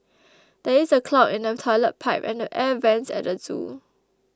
there is a clog in the Toilet Pipe and the Air Vents at the zoo